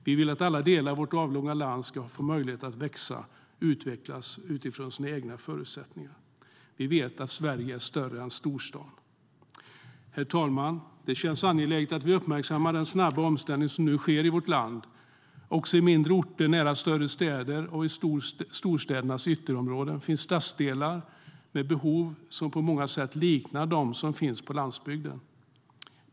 Vi vill att alla delar av vårt avlånga land ska få möjligheter att växa och utvecklas utifrån sina förutsättningar. Vi vet att Sverige är större än storstan. Herr talman! Det känns angeläget att vi uppmärksammar den snabba omställning som sker i vårt land. Också i mindre orter nära större städer och i storstädernas ytterområden finns stadsdelar med behov som på många sätt liknar dem som finns på landsbygden.